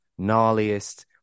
gnarliest